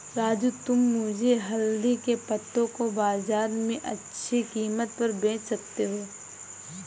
राजू तुम मुझे हल्दी के पत्तों को बाजार में अच्छे कीमत पर बेच सकते हो